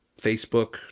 Facebook